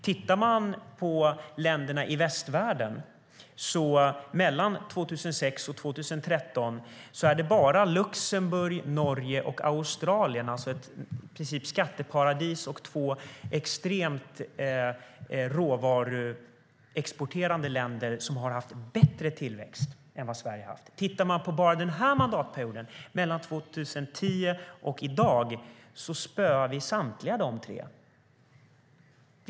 Tittar vi på länderna i västvärlden ser vi att det mellan 2006 och 2013 bara var Luxemburg, Norge och Australien, alltså ett i det närmaste skatteparadis och två extremt råvaruexporterande länder, som hade bättre tillväxt än Sverige. Tittar vi på enbart den här mandatperioden ser vi att vi mellan 2010 och i dag spöar samtliga de tre länderna.